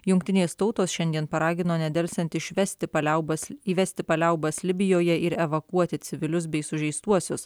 jungtinės tautos šiandien paragino nedelsiant išvesti paliaubas įvesti paliaubas libijoje ir evakuoti civilius bei sužeistuosius